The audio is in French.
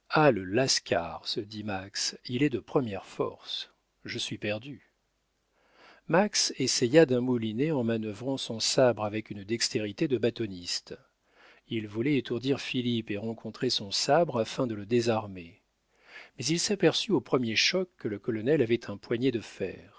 il est de première force je suis perdu max essaya d'un moulinet en manœuvrant son sabre avec une dextérité de bâtoniste il voulait étourdir philippe et rencontrer son sabre afin de le désarmer mais il s'aperçut au premier choc que le colonel avait un poignet de fer